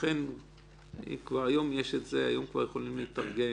לכן כבר היום זה קיים, כבר היום יכולים להתארגן,